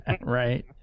Right